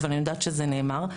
אבל אני יודעת שזה נאמר.